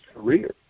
career